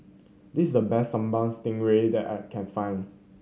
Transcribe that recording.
this is the best Sambal Stingray that I can find